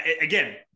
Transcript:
Again